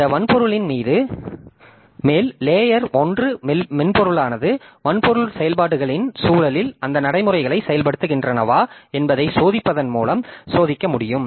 அந்த வன்பொருளின் மேல் லேயர் 1 மென்பொருளானது வன்பொருள் செயல்பாடுகளின் சூழலில் அந்த நடைமுறைகள் செயல்படுகின்றனவா என்பதைச் சோதிப்பதன் மூலம் சோதிக்க முடியும்